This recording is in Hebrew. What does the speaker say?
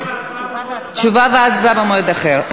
תשובה והצבעה במועד אחר.